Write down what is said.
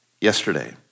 yesterday